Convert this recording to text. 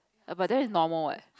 err but that is normal what